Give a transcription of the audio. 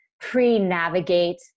pre-navigate